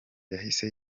yahise